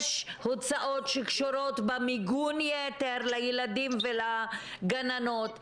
יש הוצאות שקשורות במיגון יתר לילדים ולגננות.